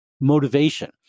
motivation